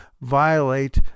violate